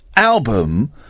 album